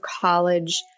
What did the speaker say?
college